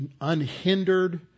unhindered